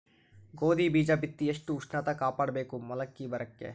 ಗೋಧಿ ಬೀಜ ಬಿತ್ತಿ ಎಷ್ಟ ಉಷ್ಣತ ಕಾಪಾಡ ಬೇಕು ಮೊಲಕಿ ಬರಲಿಕ್ಕೆ?